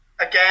again